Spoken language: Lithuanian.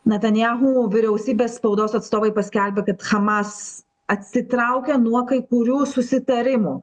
natanjahu vyriausybės spaudos atstovai paskelbė kad hamas atsitraukia nuo kai kurių susitarimų